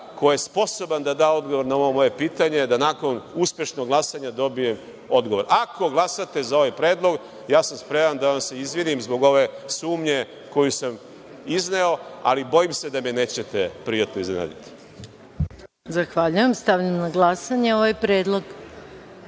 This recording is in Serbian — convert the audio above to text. ko je sposoban da da odgovor na ovo moje pitanje, da nakon uspešnog glasanja dobijem odgovor. Ako glasate za ovaj predlog, ja sam spreman da vam se izvinim zbog ove sumnje koju sam izneo, ali bojim se da me nećete prijatno iznenaditi. **Maja Gojković** Zahvaljujem. Stavljam na glasanje ovaj